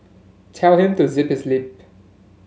tell him to zip his lip